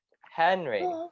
Henry